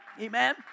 Amen